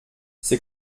c’est